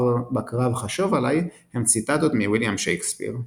בקרב חשוב עלי" הם ציטטות מויליאם שייקספיר.